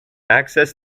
access